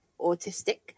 autistic